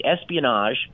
espionage